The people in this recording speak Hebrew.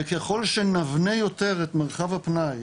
וככל שנבנה יותר את מרחב הפנאי,